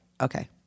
okay